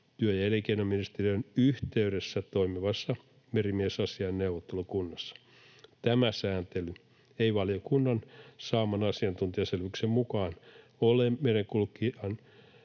työ- ja elinkeinoministeriön yhteydessä toimivassa merimiesasiain neuvottelukunnassa. Tämä sääntely ei valiokunnan saaman asiantuntijaselvityksen mukaan ole merenkulkijan